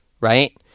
right